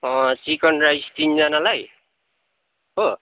chicken rice तिनजनालाई हो